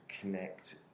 connect